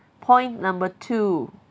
point number two